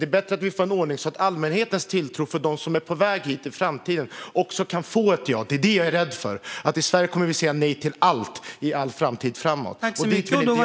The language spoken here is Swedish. Det är bättre att vi får en ordning där allmänheten har en tilltro till att de som är på väg hit i framtiden också kan få ett ja. Det är det här jag är rädd för - att vi i Sverige kommer att säga nej till allt i all framtid. Dit vill inte jag komma.